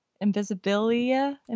invisibility